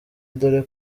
dore